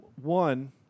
One